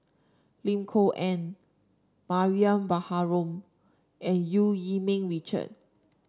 Lim Kok Ann Mariam Baharom and Eu Yee Ming Richard